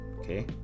okay